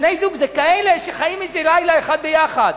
בני-זוג זה כאלה שחיים איזה לילה אחד ביחד.